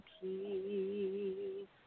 keep